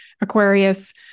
Aquarius